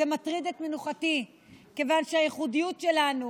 זה מטריד את מנוחתי, כיוון שהייחודיות שלנו